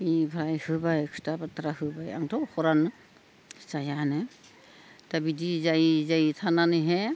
बिनिफ्राय होबाय खोथा बाथ्रा होबाय आंथ' हरानो जाया होनो दा बिदि जायै जायै थानानैहाय